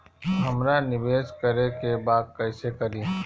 हमरा निवेश करे के बा कईसे करी?